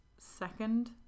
second